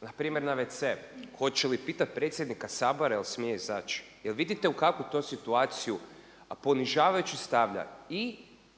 na primjer na wc, hoće li pitati predsjednika Sabora je li smije izaći? Je li vidite u kakvu to situaciju, ponižavajuću stavlja i